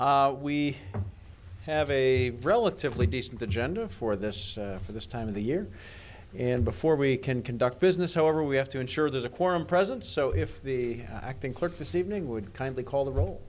we have a relatively decent agenda for this for this time of the year and before we can conduct business however we have to ensure there's a quorum present so if the acting clerk this evening would kindly call the rol